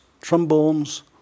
trombones